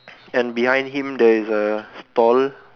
and behind him there is a stall